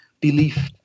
belief